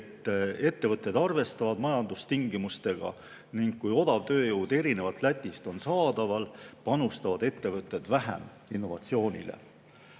et ettevõtted arvestavad majandustingimustega, ning kui odav tööjõud erinevalt Lätist on saadaval, panustavad ettevõtted vähem innovatsioonile.